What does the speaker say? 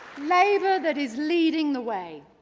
labour that is leading the way.